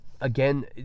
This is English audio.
again